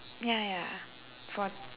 ya ya for